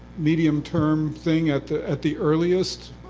medium-term thing at the at the earliest.